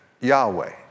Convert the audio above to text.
Yahweh